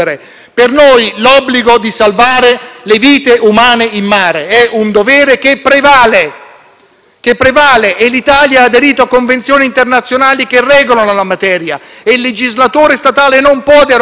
che prevale e l'Italia ha aderito a convenzioni internazionali che regolano la materia. Il legislatore statale non può derogare a queste convenzioni internazionali, tantomeno un Ministro nell'esercizio delle sue funzioni può prescindere